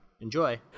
Enjoy